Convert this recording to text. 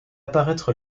apparaître